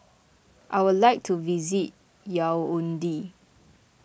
I would like to visit Yaounde